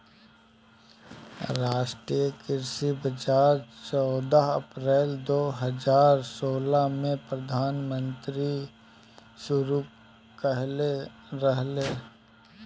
राष्ट्रीय कृषि बाजार चौदह अप्रैल दो हज़ार सोलह में प्रधानमंत्री शुरू कईले रहले